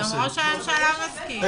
גם ראש הממשלה מסכים.